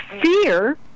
fear